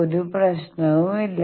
ഒരു പ്രശ്നവുമില്ല